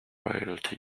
loyalty